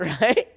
right